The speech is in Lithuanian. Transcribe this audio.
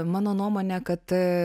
mano nuomone kad